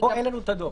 אתה לא יכול